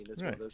Right